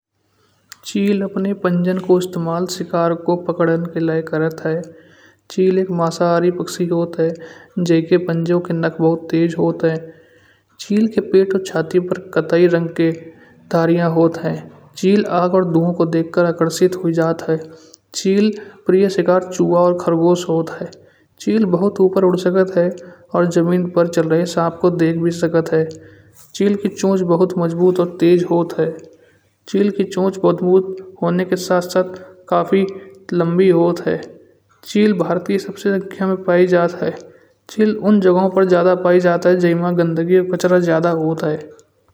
चीळ अपने पँजन को इस्तेमाल अपने शिकार को पकड़न के लया करत ह। चीळ एक माशहारी पक्षी होत ह जिके पंजो के नाक भोतेज होत ह। चीळ के पेट और छातियों पर कत्थई रंग के धारिया होत ह। चीळ आग और धुएं को देख के आकर्षित होई जात ह। चीळ का प्रिय शिकार चूहा और खरगोश होत ह। चीळ बहुत ऊपर उड़ सकत ह और जमीन पर चल रहे साँप को देख भी सकत ह। चीळ की चोंच बहुत मजबूत और तेज होत ह। चीळ की चोंच मजबूत होने के साथ-साथ काफ़ी लम्बी होत ह। चीळ भारत की सबसे ज्यादा संख्या में पाई जात ह। चीळ उन जगह पर ज्यादा पाई जात ह जेमा गंदगी और कचरा ज्यादा होत ह।